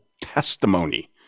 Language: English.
testimony